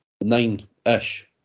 nine-ish